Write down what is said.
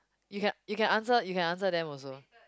you can you can answer you can answer them also